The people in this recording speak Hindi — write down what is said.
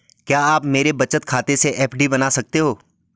क्या आप मेरे बचत खाते से एफ.डी बना सकते हो?